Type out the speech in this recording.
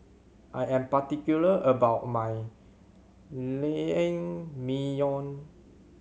I am particular about my Naengmyeon